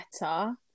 better